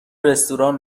رستوران